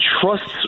trusts